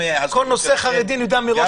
בכל נושא חרדי אני יודע מראש מה --- גם